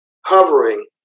hovering